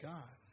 God